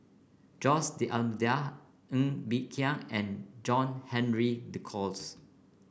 Jose D'Almeida Ng Bee Kia and John Henry Duclos